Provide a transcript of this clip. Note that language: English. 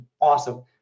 awesome